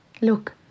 Look